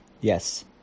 Yes